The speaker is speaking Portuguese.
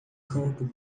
campo